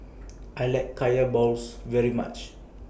I like Kaya Balls very much